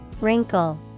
Wrinkle